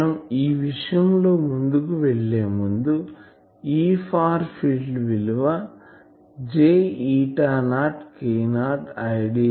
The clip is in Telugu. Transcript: మనం ఈ విషయం లో ముందుకు వెళ్లేముందు E ఫార్ ఫిల్డ్ విలువ J eta naught K0 I